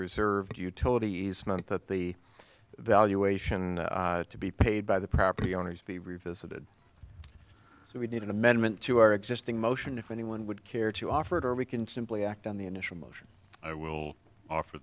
reserved utility easement that the valuation to be paid by the property owners be revisited so we need an amendment to our existing motion if anyone would care to offer it or we can simply act on the initial motion i will offer